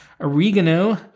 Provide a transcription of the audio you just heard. oregano